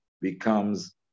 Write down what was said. becomes